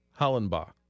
Hollenbach